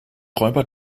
räuber